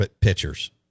pitchers